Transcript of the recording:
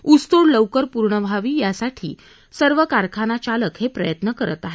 ऊस तोड लवकर पूर्ण व्हावी यासाठी सर्व कारखाना चालक हे प्रयत्न करत आहेत